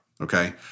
Okay